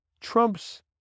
Trump's